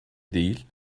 değil